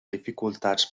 dificultats